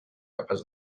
capaç